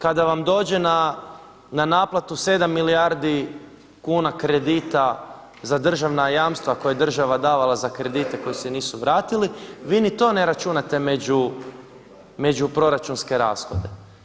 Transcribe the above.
Kada vam dođe na naplatu 7 milijardi kuna kredita za državna jamstva koja je država davala za kredite koji se nisu vratili, vi ni to ne računate među proračunske rashode.